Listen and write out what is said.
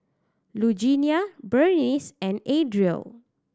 Lugenia Berniece and Adriel